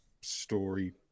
story